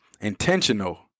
intentional